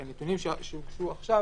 אבל שוב,